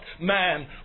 Man